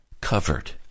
covered